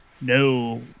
No